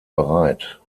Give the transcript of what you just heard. bereit